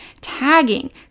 tagging